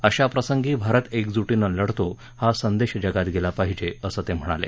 अशा प्रसंगी भारत एकजुटीनं लढतो हा संदेश जगात गेला पाहिजे असं ते म्हणाले